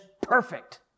perfect